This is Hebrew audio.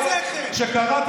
אתה קובע מי ימונה.